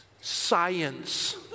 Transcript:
science